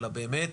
אלא באמת